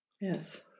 Yes